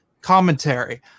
commentary